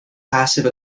passive